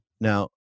now